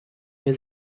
mir